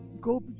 go